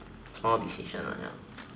small decision ya